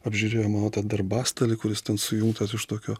apžiūrėjo mano tą darbastalį kuris ten sujungtas už tokio